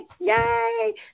Yay